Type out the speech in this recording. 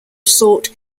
sought